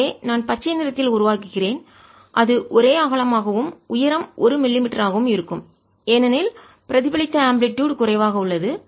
எனவே நான் பச்சை நிறத்தில் உருவாக்குகிறேன் அது ஒரே அகலமாகவும் உயரம் 1 மில்லிமீட்டராகவும் இருக்கும் ஏனெனில் பிரதிபலித்த ஆம்பிளிடுயுட் அலைவீச்சு குறைவாக உள்ளது